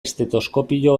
estetoskopio